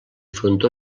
frontó